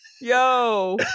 Yo